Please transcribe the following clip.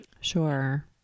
sure